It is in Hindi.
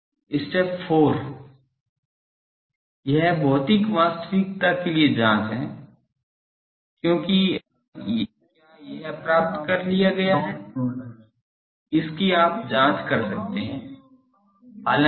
Step 4 यह भौतिक वास्तविकता के लिए जाँच है क्योंकि क्या यह प्राप्त कर लिया गया है इसकी आप जाँच कर सकते हैं